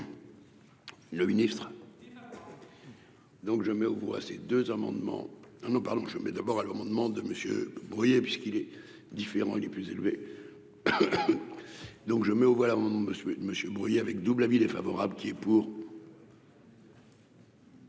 Le ministre. Donc je mets aux voix ces deux amendements ah non pardon je mets d'abord à l'amendement de Monsieur Bruillet, puisqu'il est différent, il est plus élevé, donc je mets au voilà monsieur monsieur brouillé avec double avis défavorable qui est pour.